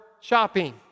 shopping